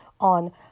on